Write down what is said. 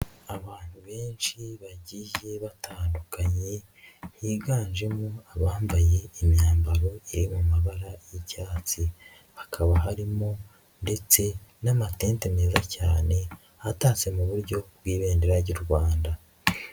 Abantu benshi bagiye batandukanye biganjemo abambaye imyambaro iri mu mabara y'icyatsi. Hakaba harimo ndetse n'amatente meza cyane atatse mu buryo bw'ibendera ry'u Rwanda.